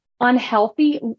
unhealthy